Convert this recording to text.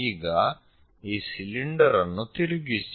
ಈಗ ಈ ಸಿಲಿಂಡರ್ ಅನ್ನು ತಿರುಗಿಸಿ